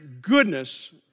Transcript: goodness